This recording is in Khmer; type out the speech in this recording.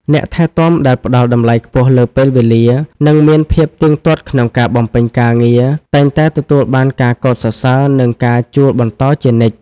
អ្នកថែទាំដែលផ្តល់តម្លៃខ្ពស់លើពេលវេលា និងមានភាពទៀងទាត់ក្នុងការបំពេញការងារ តែងតែទទួលបានការកោតសរសើរ និងការជួលបន្តជានិច្ច។